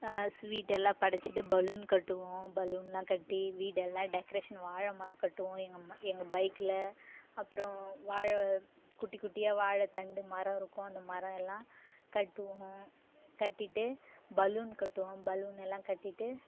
ஸ்வீட்டெல்லாம் படைச்சிட்டு பலூன் கட்டுவோம் பலூன்லாம் கட்டி வீடெல்லாம் டெக்ரேஷன் வாழைமரம் கட்டுவோம் எங்கம் எங்கள் பைக்ல அப்றம் வாழை இது குட்டி குட்டியாக வாழைத்தண்டு மரம் இருக்கும் அந்த மரம் எல்லாம் கட்டுவோம் கட்டிட்டு பலூன் கட்டுவோம் பலூன் எல்லாம் கட்டிட்டு